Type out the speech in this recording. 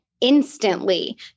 instantly